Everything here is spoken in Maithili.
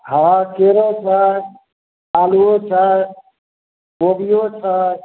हँ केरो छै आलुओ छै कोबिओ छै